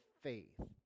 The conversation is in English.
faith